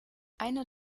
eine